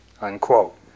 unquote